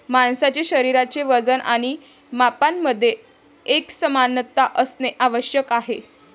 माणसाचे शरीराचे वजन आणि मापांमध्ये एकसमानता असणे आवश्यक आहे